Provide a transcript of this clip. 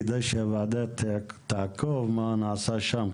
כדאי שהוועדה תעקוב אחר מה נעשה שם,